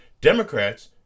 Democrats